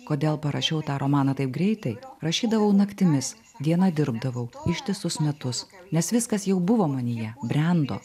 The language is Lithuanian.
kodėl parašiau tą romaną taip greitai rašydavau naktimis dieną dirbdavau ištisus metus nes viskas jau buvo manyje brendo